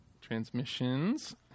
Transmissions